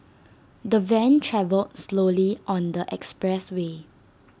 the van travelled slowly on the expressway